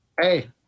Hey